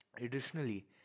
additionally